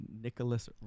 Nicholas